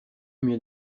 mir